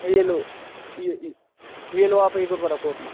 यह लो यह यह लो आप एक रुपये रखो अपना